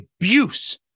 abuse